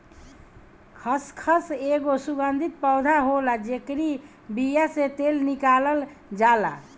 खसखस एगो सुगंधित पौधा होला जेकरी बिया से तेल निकालल जाला